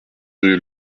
rue